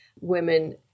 women